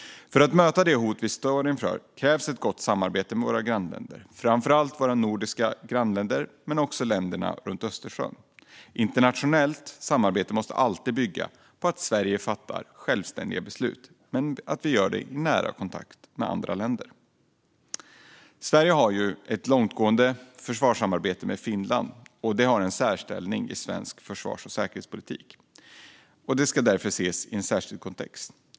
För att möta de hot vi står inför krävs ett gott samarbete med våra grannländer, framför allt våra nordiska grannländer men också länderna runt Östersjön. Internationellt samarbete måste alltid bygga på att Sverige fattar självständiga beslut, men att vi gör det i nära kontakt med andra länder. Sverige har ett långtgående försvarssamarbete med Finland. Det har en särställning i svensk försvars och säkerhetspolitik, och det ska därför ses i en särskild kontext.